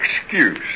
excuse